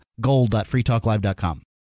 gold.freetalklive.com